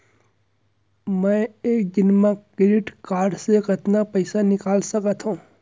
मैं एक दिन म क्रेडिट कारड से कतना पइसा निकाल सकत हो?